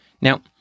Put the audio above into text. now